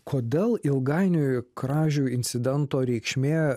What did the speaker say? kodėl ilgainiui kražių incidento reikšmė